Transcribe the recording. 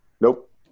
Nope